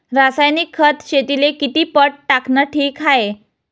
रासायनिक खत शेतीले किती पट टाकनं ठीक हाये?